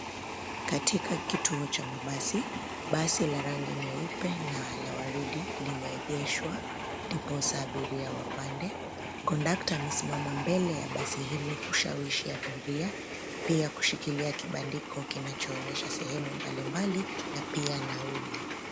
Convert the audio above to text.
Katika kituo cha mabasi , basi la rangi nyeupe na ya waridi limeegeshwa ndiposa abiria wapande, kondakta amesimama mbele ya basi hilo kushawishi abiria na pia kushikilia kibandiko kinachoonyesha sehemu mbalimbali na pia nauli.